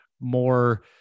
more